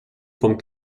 vom